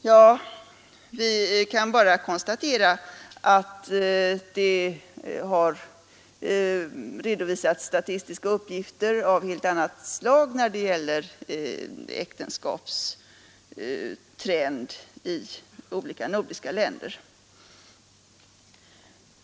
Ja, vi kan bara konstatera att statistiska uppgifter av helt annat slag redovisats när det gäller äktenskapstrend i olika nordiska länder.